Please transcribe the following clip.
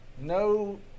no